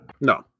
No